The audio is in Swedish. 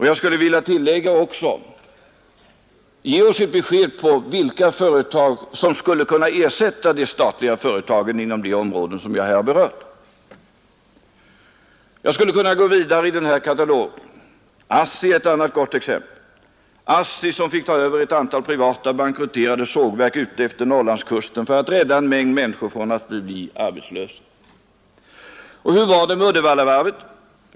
Jag skulle vilja tillägga: Ge oss ett besked om vilka företag som skulle kunna ersätta de statliga företagen inom de områden som jag här berört! Jag skulle kunna gå vidare i denna katalog. ASSI är ett annat gott exempel, ASSI som fick ta över ett antal privata bankrutterade företag utefter Norrlandskusten för att rädda en mängd människor från att bli arbetslösa. Och hur var det med Uddevallavarvet?